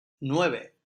nueve